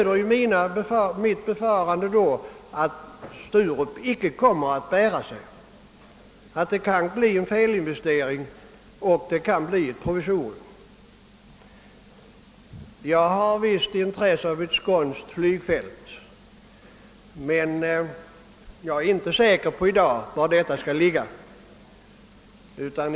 Det stöder min farhåga att Sturup icke kommer att bära sig och att det alltså kan bli fråga om en felinvestering och ett provisorium. Jag har visst intresse av ett skånskt flygfält, men jag är inte säker på i dag var detta skall ligga.